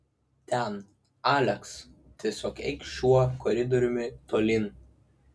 ten aleks tiesiog eik šiuo koridoriumi tolyn